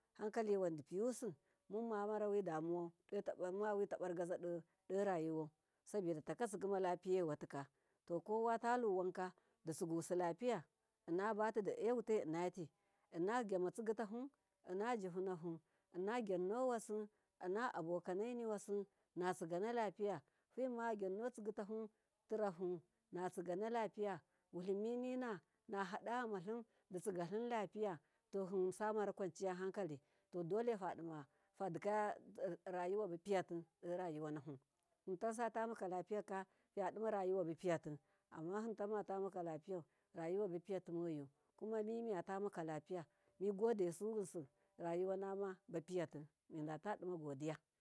Hankaliwan dipiyusi mumma witabargaza do rayuwau sabilitatsigi malapiye watita, to kowataluwanka ditsigisi lapiya inna batide wutai innati innagyama tsigitafu innajifu nafu innagyannowasi inna abokaneniwasi, natsigana lapiya fima gyannotsigitafu natsiganalapiya wuliminina nahada ammalim ditsigalim lapiya, to hin samara kwanciyan hakali todale fadikaya rayuwaba piyati do ra yuwanafu hintan satamakalapiyaka hinadima rayuwabapiyati imam himtammaata lapiya rayuwa balapi yewati moyu kumanimuyata maka lapiya migodesu yinsi rayuwana bapiyati yadima godiya.